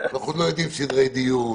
אנחנו עוד לא יודעים סדרי דיון.